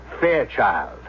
Fairchild